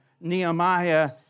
Nehemiah